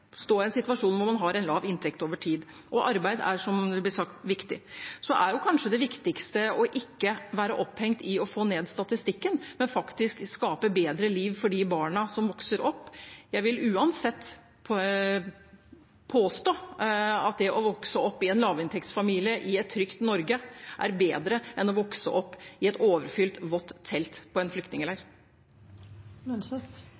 stå i en situasjon hvor man har en lav inntekt over tid, og arbeid er, som det ble sagt, viktig. Det viktigste er kanskje å ikke være opphengt i å få ned statistikken, men å skape et bedre liv for de barna som vokser opp. Jeg vil uansett påstå at det å vokse opp i en lavinntektsfamilie i et trygt Norge er bedre enn å vokse opp i et overfylt, vått telt i en